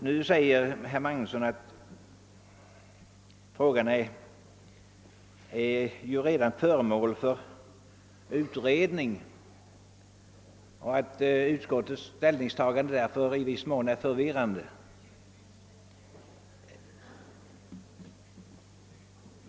Nu säger herr Magnusson i Borås att frågan redan är föremål för utredning och att utskottets ställningstagande därför i viss mån är förvirrande.